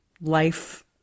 life